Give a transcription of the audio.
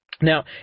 Now